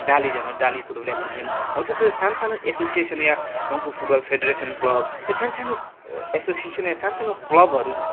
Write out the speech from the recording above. डाली जानुहोस् डाली football association हौ तो तो सानसानो एसोसिएसन या मङ्पू फुटबल फेडेरेसन क्लब यो सानसानो एसोसिएसन सानसानो क्लबहरू